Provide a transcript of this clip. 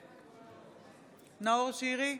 נגד נאור שירי,